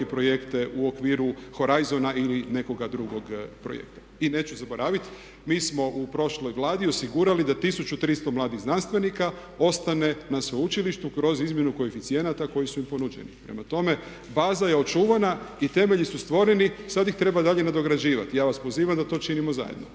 projekte u okviru HORIZON-a ili nekoga drugog projekta. I neću zaboraviti mi smo u prošloj Vladi osigurali da 1300 mladih znanstvenika ostane na sveučilištu kroz izmjenu koeficijenata koji su im ponuđeni. Prema tome, baza je očuvana i temelji su stvoreni, sada ih treba dalje nadograđivati. Ja vas pozivam da to činimo zajedno.